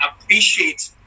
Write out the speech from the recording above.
appreciate